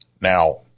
Now